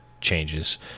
changes